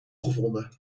gevonden